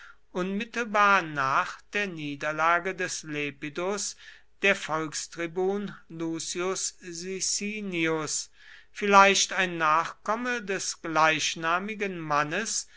unmittelbar nach der niederlage des lepidus der volkstribun lucius sicinius vielleicht ein nachkomme des gleichnamigen mannes